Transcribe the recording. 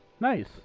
Nice